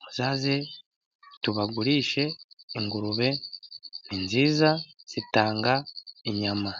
Muzaze tubagurishe ingurube, ni nziza zitanga inyama.